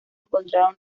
encontraron